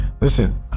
Listen